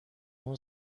اون